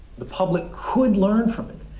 the public could learn from it,